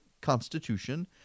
Constitution